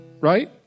right